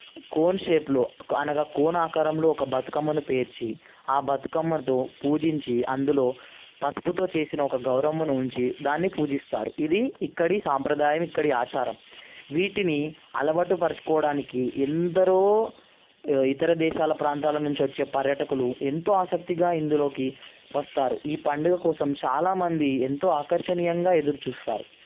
cone షేప్లో అనగా cone ఆకారంలో ఒక బతుకమ్మను పేర్చి ఆ బతుకమ్మతో పూజించి అందులో పసుపుతో చేసిన ఒక గౌరమ్మ నుంచి దాన్ని పూజిస్తారు ఇది ఇక్కడి సాంప్రదాయం ఇక్కడే ఆచారం వీటిని అలవాటు పరచుకోవడానికి ఎందరో ఇతర దేశాల ప్రాంతాల నుంచి వచ్చే పర్యటకులు ఎంతో ఆసక్తిగా ఇందులోకి వస్తారు ఈ పండుగ కోసం చాలామంది ఎంతో ఆకర్షణీయంగా ఎదురుచూస్తారు